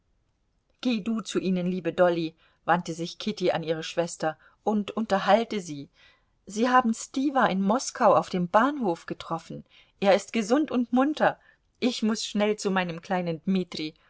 geh du zu ihnen liebe dolly wandte sich kitty an ihre schwester und unterhalte sie sie haben stiwa in moskau auf dem bahnhof getroffen er ist gesund und munter ich muß schnell zu meinem kleinen dmitri